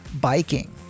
biking